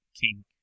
king